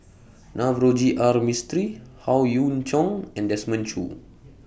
Navroji R Mistri Howe Yoon Chong and Desmond Choo